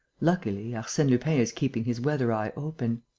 luckily, arsene lupin is keeping his weather-eye open.